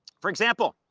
for example,